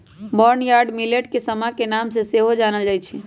barnyard millet के समा के नाम से सेहो जानल जाइ छै